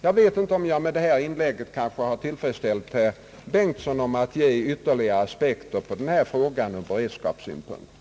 Jag vet inte om jag med det här inlägget kanske har tillfredsställt herr Bengtson vad det gäller beredskapssynpunkterna.